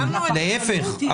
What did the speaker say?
להפך.